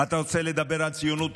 אתה רוצה לדבר על ציונות?